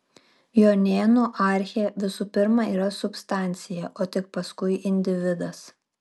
jonėnų archė visų pirma yra substancija o tik paskui individas